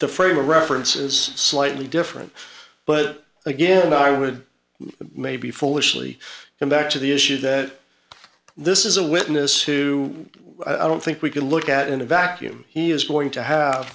the frame of reference is slightly different but again i would maybe foolishly come back to the issue that this is a witness who i don't think we can look at in a vacuum he is going to have